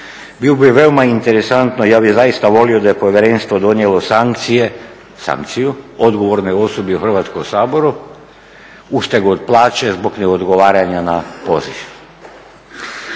Bilo bi veoma interesantno, ja bih zaista volio da je Povjerenstvo donijelo sankciju odgovornoj osobi u Hrvatskom saboru, … od plaće zbog ne odgovaranja na poziv.